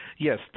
Yes